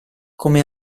come